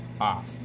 off